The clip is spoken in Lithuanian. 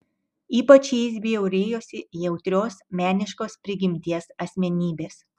ypač jais bjaurėjosi jautrios meniškos prigimties asmenybės